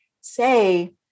say